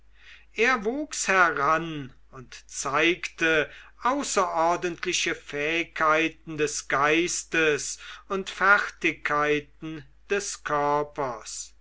er wuchs heran und zeigte außerordentliche fähigkeiten des geistes und fertigkeiten des körpers